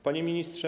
Panie Ministrze!